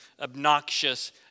obnoxious